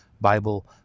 Bible